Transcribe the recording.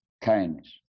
Kindness